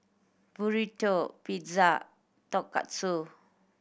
Burrito Pizza Tonkatsu